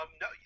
No